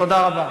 תודה רבה.